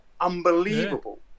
unbelievable